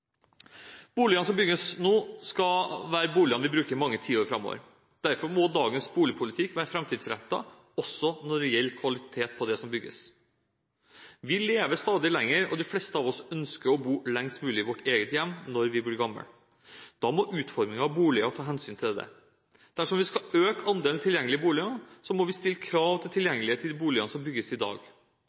Boligene som bygges nå, vil være boligene vi bruker i mange tiår framover. Derfor må dagens boligpolitikk være framtidsrettet, også når det gjelder kvalitet på det som bygges. Vi lever stadig lenger, og de fleste av oss ønsker å bo lengst mulig i vårt eget hjem når vi blir gamle. Da må utformingen av boliger ta hensyn til dette. Dersom vi skal øke andelen tilgjengelige boliger, må vi stille krav til tilgjengelighet i de boligene som bygges i dag.